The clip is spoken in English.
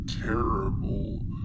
terrible